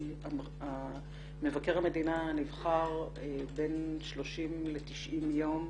שמבקר המדינה נבחר בין 30 ל-90 יום